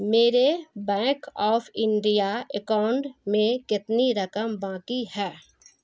میرے bank of India account میں کتنی رقم باقی ہے